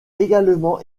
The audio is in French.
également